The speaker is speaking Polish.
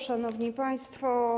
Szanowni Państwo!